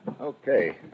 Okay